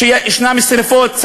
יש שרפות,